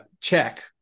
check